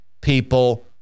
people